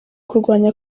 kurwanya